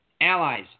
Allies